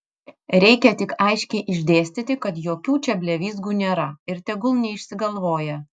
reikia tik aiškiai išdėstyti kad jokių čia blevyzgų nėra ir tegul neišsigalvoja